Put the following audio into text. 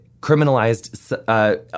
criminalized